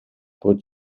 por